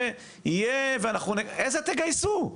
איזה תגייסו?!